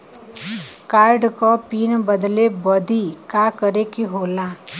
Card क pin बदले बदी का करे के होला?